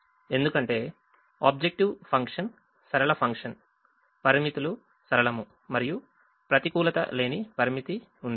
ఎందుకంటే objective function సరళ function పరిమితులు సరళము మరియు ప్రతికూలత లేని పరిమితి ఉంది